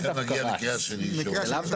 מגיע המקרה השני שאומר?